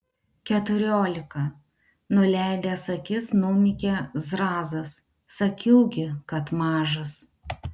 keturiolika nuleidęs akis numykė zrazas sakiau gi kad mažas